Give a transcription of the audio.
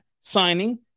signing